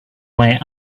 way